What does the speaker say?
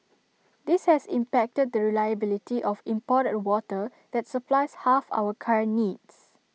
this has impacted the reliability of imported water that supplies half our current needs